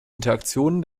interaktion